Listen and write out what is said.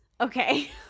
Okay